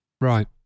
Right